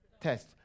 Test